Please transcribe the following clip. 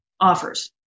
offers